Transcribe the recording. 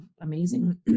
amazing